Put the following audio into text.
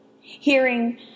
Hearing